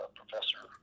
professor